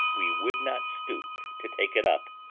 we would not stoop to take it up.